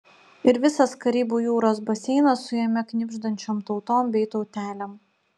ir visas karibų jūros baseinas su jame knibždančiom tautom bei tautelėm